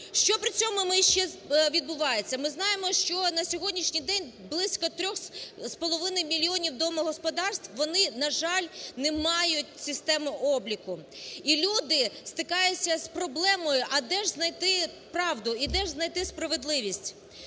Що при цьому відбувається? Ми знаємо, що на сьогоднішній день близько 3,5 мільйонів домогосподарств вони, на жаль, не мають системи обліку і люди стикаються з проблемою, а де знайти правду, і де знайти справедливість.